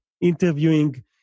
interviewing